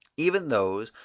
even those,